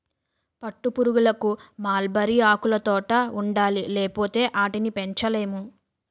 పట్టుపురుగులకు మల్బరీ ఆకులుతోట ఉండాలి లేపోతే ఆటిని పెంచలేము